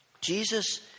Jesus